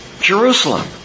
Jerusalem